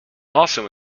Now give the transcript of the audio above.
also